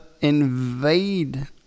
invade